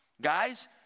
Guys